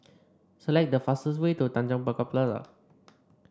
select the fastest way to Tanjong Pagar Plaza